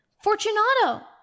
Fortunato